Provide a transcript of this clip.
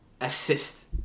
assist